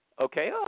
okay